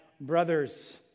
brothers